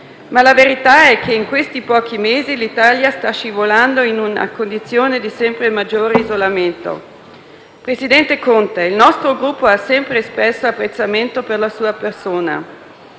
La verità è che in questi pochi mesi l'Italia sta scivolando in una condizione di sempre maggiore isolamento. Presidente Conte, il nostro Gruppo ha sempre espresso apprezzamento per la sua persona.